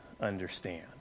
understand